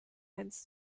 eins